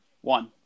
one